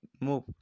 move